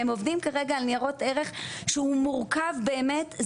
הם עובדים כרגע על ניירות ערך שהוא מורכב באמת.